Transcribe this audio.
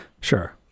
sure